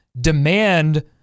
demand